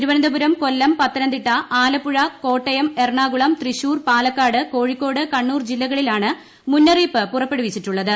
തിരുവനന്തപുരം കൊല്ലം പത്തനംതിട്ട ആലപ്പുഴ കോട്ടയം എറണാകുളം തൃശൂർ പാലക്കാട് കോഴിക്കോട് കണ്ണൂർ ജില്ലകളിൽ ആണ് മുന്നറിയിപ്പ് പുറപ്പെടുവിച്ചിട്ടുള്ളത്